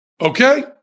Okay